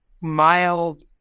mild